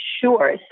Sure